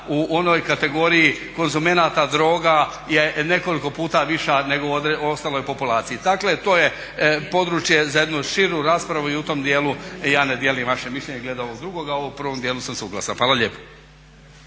u onoj kategoriji konzumenata droga je nekoliko puta viša nego u ostaloj populaciji. Dakle, to je područje za jednu širu raspravu i u tom dijelu ja ne dijelim vaše mišljenje glede ovog drugoga. U ovom prvom dijelu sam suglasan. Hvala lijepo.